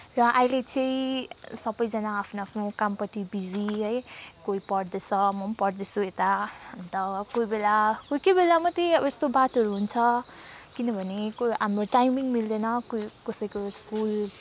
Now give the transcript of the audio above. र अहिले चाहिँ सबैजना आफ्नो आफ्नो कामपट्टि बिजी है कोही पढ्दैुछ म पनि पढ्दैछु यता अन्त कोही बेला कोही कोही बेला मात्रै अब यस्तो बातहरू हुन्छ किनभने कोही हाम्रो टाइमिङ मिल्दैन कसैको स्कुल